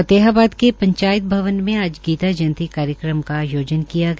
फतेहाबाद के पंचायत भवन में आज गीता जयंती कार्यक्रम का आयोजन किया गया